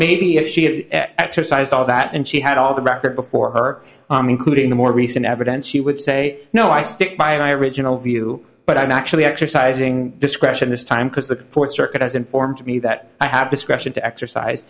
had exercised all of that and she had all the record before her including the more recent evidence she would say no i stick by original view but i'm actually exercising discretion this time because the fourth circuit has informed me that i have discretion to exercise